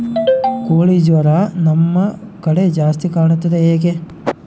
ಕೋಳಿ ಜ್ವರ ನಮ್ಮ ಕಡೆ ಜಾಸ್ತಿ ಕಾಣುತ್ತದೆ ಏಕೆ?